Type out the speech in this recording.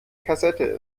kassette